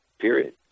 period